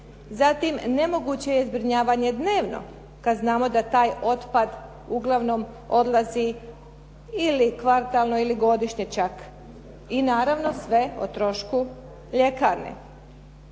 zatim nemoguće je zbrinjavanje dnevno kad znamo da taj otpad uglavnom odlazi ili kvartalno ili godišnje čak, i naravno sve o trošku ljekarne.